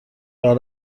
راه